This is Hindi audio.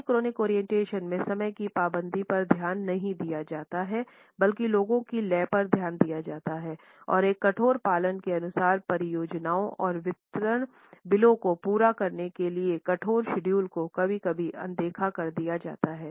पॉलीक्रोनिक ओरिएंटेशन में समय की पाबंदी पर ध्यान नहीं दिया जाता है बल्कि लोगों की लय पर ध्यान दिया जाता है और एक कठोर पालन के अनुसार परियोजनाओं और वितरण बिलों को पूरा करने के लिए कठोर शेड्यूल को कभी कभी अनदेखा कर दिया जाता है